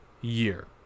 year